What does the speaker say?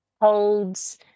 holds